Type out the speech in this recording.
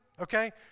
okay